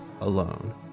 alone